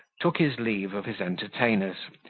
took his leave of his entertainers,